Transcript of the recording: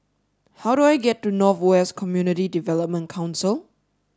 how do I get to North West Community Development Council